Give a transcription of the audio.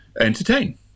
entertain